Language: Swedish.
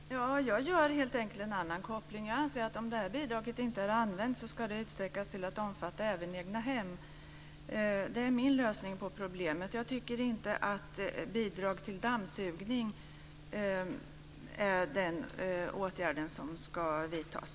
Fru talman! Jag gör helt enkelt en annan koppling. Jag anser att om det här bidraget inte är använt ska det utsträckas till att omfatta även egnahem. Det är min lösning på problemet. Jag tycker inte att bidrag till dammsugning är den åtgärd som ska vidtas.